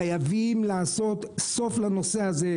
חייבים לעשות סוף לנושא הזה,